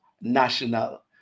national